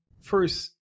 first